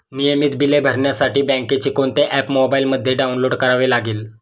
नियमित बिले भरण्यासाठी बँकेचे कोणते ऍप मोबाइलमध्ये डाऊनलोड करावे लागेल?